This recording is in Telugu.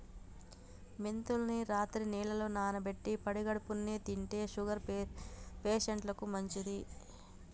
మెంతుల్ని రాత్రి నీళ్లల్ల నానబెట్టి పడిగడుపున్నె తింటే షుగర్ పేషంట్లకు మంచిది